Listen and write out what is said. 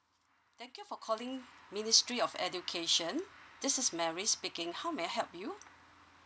thank you for calling ministry of education this is mary speaking how may I help you